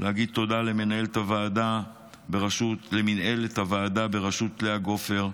להגיד תודה למנהלת הוועדה לאה גופר,